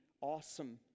awesome